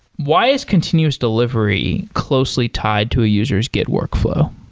why is continuous delivery closely tied to a user s git workflow?